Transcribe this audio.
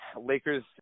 Lakers